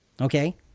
Okay